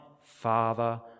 father